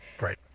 Right